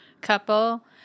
couple